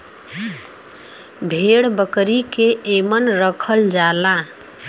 भेड़ बकरी के एमन रखल जाला